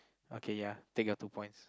okay ya take your two points